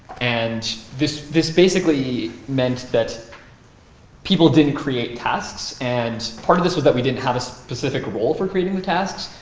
and this this basically meant that people didn't create tasks. and part of this was that we didn't have a specific role for creating the tasks.